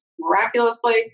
miraculously